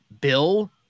Bill